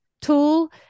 tool